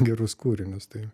gerus kūrinius tai